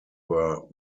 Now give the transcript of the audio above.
were